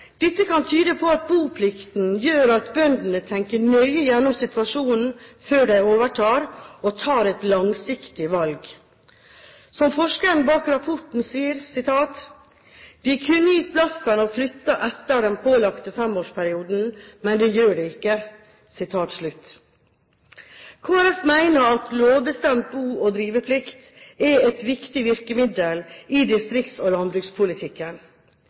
Dette kan tyde på at boplikten gjør at bøndene tenker nøye gjennom situasjonen før de overtar og tar et langsiktig valg. Som forskeren bak rapporten sier: «Dei kunne gitt blaffen og flytta etter den pålagde femårsperioden, men det gjer dei ikkje.» Kristelig Folkeparti mener at lovbestemt bo- og driveplikt er et viktig virkemiddel i distrikts- og landbrukspolitikken.